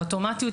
האוטומטיות,